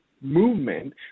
movement